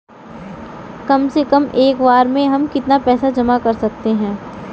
कम से कम एक बार में हम कितना पैसा जमा कर सकते हैं?